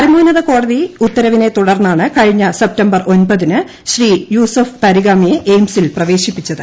പരമോന്നത കോടതി ഉത്തരവിനെ തുടർന്നാണ് കഴിഞ്ഞ സെപ്റ്റംബർ ഒൻപതിന് ശ്രീ യൂസഫ് തരിഗാമിയെ എയിംസിൽ പ്രവേശിപ്പിച്ചത്